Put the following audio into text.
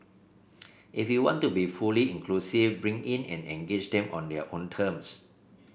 if you want to be fully inclusive bring in and engage them on their own terms